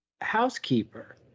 housekeeper